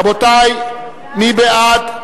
רבותי, מי בעד?